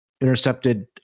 intercepted